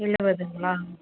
எழுவதுங்களா